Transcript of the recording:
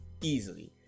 easily